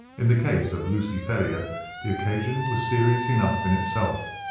in the case of lucy ferrier the occasion was serious enough in itself,